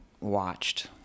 watched